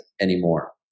anymore